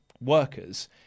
Workers